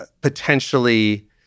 potentially